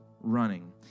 running